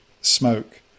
smoke